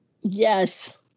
Yes